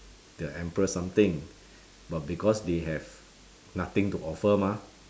the emperor something but because they have nothing to offer mah